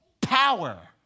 Power